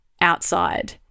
outside